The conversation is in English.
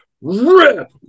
rip